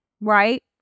right